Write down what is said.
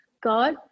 god